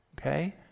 okay